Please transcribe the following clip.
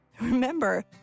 Remember